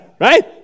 right